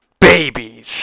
Babies